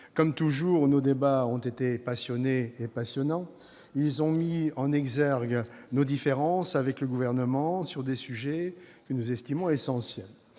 comme toujours, nos débats ont été passionnés et passionnants ! Ils ont mis en exergue nos différences avec le Gouvernement sur des sujets que nous estimons essentiels.